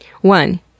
One